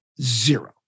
zero